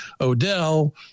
Odell